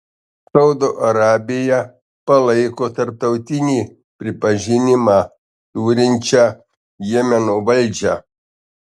saudo arabija palaiko tarptautinį pripažinimą turinčią jemeno valdžią